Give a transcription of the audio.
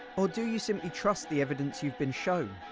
or do you simply trust the evidence you've been shown?